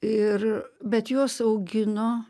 ir bet juos augino